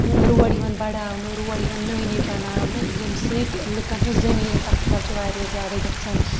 road یِوان بَڑاونہٕ road یِوان نٔے نٔے بناونہٕ ییٚمہِ سۭتۍ لُکن ہٕنٛز زٔمیٖن تَتھ تل چھُ واریاہ زیادٕ گژھان